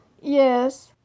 yes